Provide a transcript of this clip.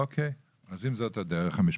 אוקיי, אז אם זאת הדרך המשפטית,